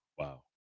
Wow